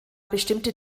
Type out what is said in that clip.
bestimmte